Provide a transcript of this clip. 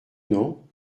non